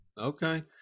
Okay